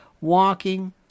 walking